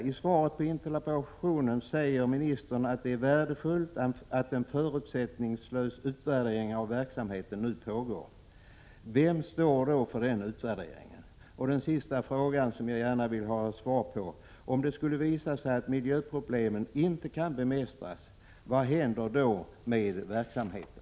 I svaret på interpellationen säger ministern att det är värdefullt att en förutsättningslös utvärdering av verksamheten nu pågår. Vem står för den utvärderingen? En sista fråga som jag gärna vill ha svar på är: Om det skulle visa sig att miljöproblemen inte kan bemästras, vad händer med verksamheten?